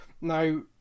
Now